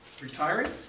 retiring